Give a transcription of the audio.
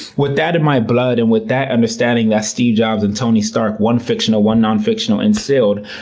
with that in my blood and with that understanding that steve jobs and tony stark one fictional, one nonfictional instilled,